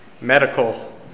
medical